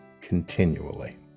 continually